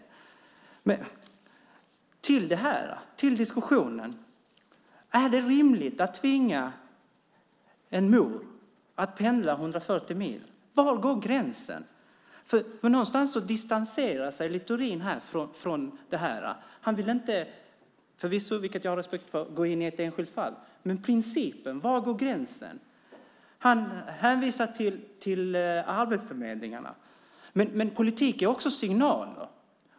Men jag ska återgå till diskussionen. Är det rimligt att tvinga en mor att pendla 140 mil? Var går gränsen? Någonstans distanserar sig Littorin från det här. Han vill inte, vilket jag förvisso har respekt för, gå in i ett enskilt fall. Men det gäller principen: Var går gränsen? Han hänvisar till arbetsförmedlingarna, men politik är också signaler.